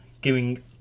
Giving